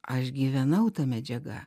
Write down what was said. aš gyvenau ta medžiaga